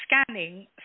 scanning